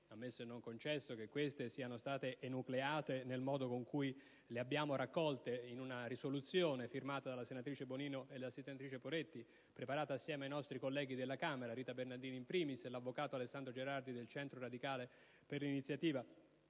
(ammesso e non concesso che queste siano state enucleate nel modo con cui le abbiamo raccolte in una risoluzione firmata dalle senatrici Bonino e Poretti, preparata insieme ai nostri colleghi della Camera, Rita Bernardini *in primis* e all'avvocato Alessandro Gerardi del Centro radicale per l'iniziativa